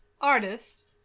Artist